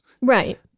Right